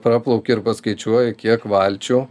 praplauki ir paskaičiuoji kiek valčių